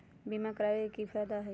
बीमा करबाबे के कि कि फायदा हई?